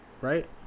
right